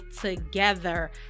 together